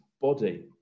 body